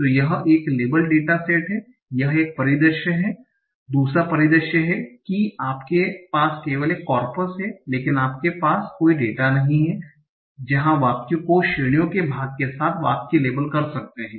तो यह एक लेबल डेटा सेट है यह एक परिदृश्य है दूसरा परिदृश्य है कि आपके पास केवल कॉर्पस है लेकिन आपके पास कोई डेटा नहीं है जहां वाक्य को श्रेणियों के भाग के साथ वाक्य लेबल कर सकते हैं